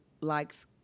likes